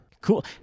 Cool